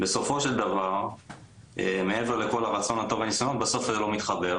בסופו של דבר מעבר לכל הרצון הטוב בסוף זה לא מתחבר,